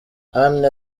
anne